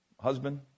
husband